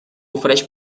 ofereix